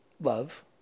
love